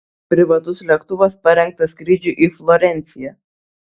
privatus lėktuvas parengtas skrydžiui į florenciją